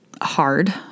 hard